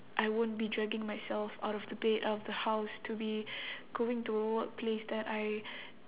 I won't be dragging myself out of the bed out of the house to be going to a workplace that I